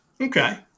Okay